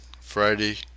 friday